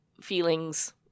feelings